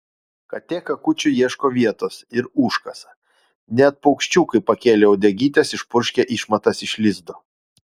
katė kakučiui ieško vietos ir užkasa net paukščiukai pakėlę uodegytes išpurškia išmatas iš lizdo